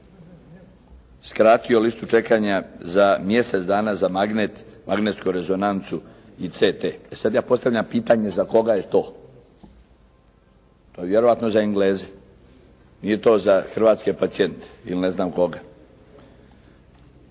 skratio listu čekanja za mjesec dana za magnetsku rezonancu i CT. E sada ja postavljam pitanje za koga je to. To je vjerojatno za Engleze, nije to za hrvatske pacijente ili ne znam koga.